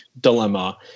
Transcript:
dilemma